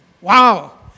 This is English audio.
Wow